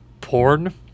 porn